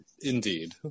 Indeed